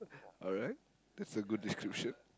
alright that's a good description